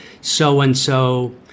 so-and-so